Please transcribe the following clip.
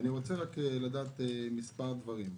אני רוצה לדעת מספר דברים: